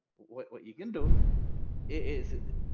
what what you can do is,